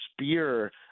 spear